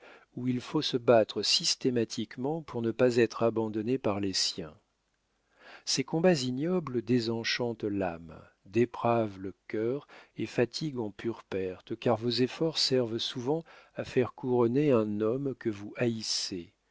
où il faut se battre systématiquement pour ne pas être abandonné par les siens ces combats ignobles désenchantent l'âme dépravent le cœur et fatiguent en pure perte car vos efforts servent souvent à faire couronner un homme que vous haïssez